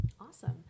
Awesome